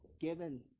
given